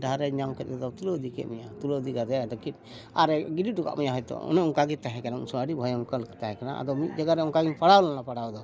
ᱰᱟᱦᱟᱨ ᱨᱮ ᱧᱟᱢ ᱠᱮᱫᱚ ᱛᱩᱞᱟᱹᱣ ᱤᱫᱤ ᱠᱮᱫ ᱢᱮᱭᱟᱭ ᱛᱩᱞᱟᱹᱣ ᱤᱫᱤ ᱠᱟᱫ ᱢᱮᱭᱟᱭ ᱟᱫᱚ ᱠᱤᱰᱱᱤ ᱟᱨᱮ ᱜᱤᱰᱤ ᱦᱚᱴᱚ ᱠᱟᱜ ᱢᱮᱭᱟ ᱦᱚᱭᱛᱳ ᱚᱱᱮ ᱚᱱᱠᱟᱜᱮ ᱛᱟᱦᱮᱸ ᱠᱟᱱᱟ ᱩᱱ ᱥᱚᱢᱚᱭ ᱟᱹᱰᱤ ᱵᱷᱚᱭᱚᱝᱠᱚᱨ ᱚᱱᱠᱟᱞᱮᱠᱟ ᱛᱟᱦᱮᱸ ᱠᱟᱱᱟ ᱟᱫᱚ ᱢᱤᱫ ᱡᱟᱭᱜᱟ ᱨᱮ ᱚᱱᱠᱟ ᱜᱮᱧ ᱯᱟᱲᱟᱣ ᱞᱮᱱᱟ ᱯᱟᱲᱟᱣ ᱫᱚ